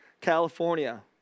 California